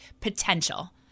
potential